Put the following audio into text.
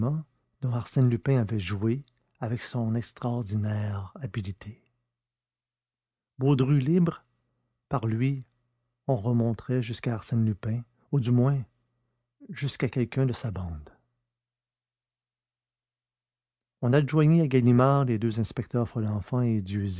arsène lupin avait joué avec son extraordinaire habileté baudru libre par lui on remonterait jusqu'à arsène lupin ou du moins jusqu'à quelqu'un de sa bande on adjoignit à ganimard les deux inspecteurs folenfant et